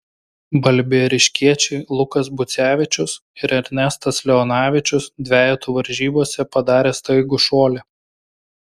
balbieriškiečiai lukas bucevičius ir ernestas leonavičius dvejetų varžybose padarė staigų šuolį